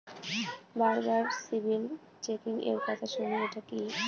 বারবার সিবিল চেকিংএর কথা শুনি এটা কি?